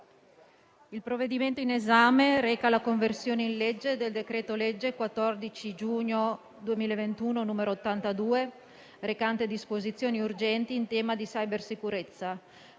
il provvedimento in esame reca la conversione in legge del decreto-legge 14 giugno 2021, n. 82, recante disposizioni urgenti in tema di cybersicurezza,